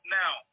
now